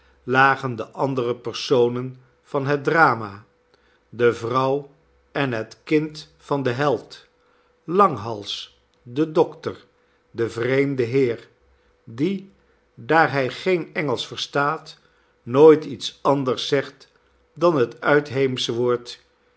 lagen de andere personen van het drama de vrouw en het kind van den held langhals de dokter de vreemde heer die daar hij geen engelsch verstaat nooit iets anders zegt dan het uitheemsche woord